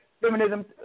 Feminism